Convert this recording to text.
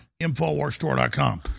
Infowarsstore.com